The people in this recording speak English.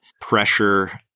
pressure